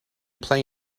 play